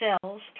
cells